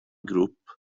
grŵp